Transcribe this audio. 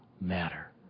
matter